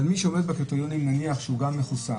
אבל מי שעומד בקריטריונים, אני מניח שהוא גם מחוסן